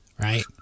Right